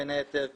בין היתר כמובן,